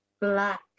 black